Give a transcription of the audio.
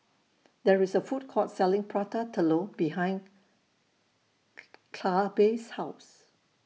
There IS A Food Court Selling Prata Telur behind Clabe's House